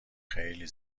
خیلی